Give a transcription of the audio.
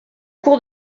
cours